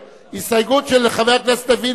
הסתייגות של חבר הכנסת לוין,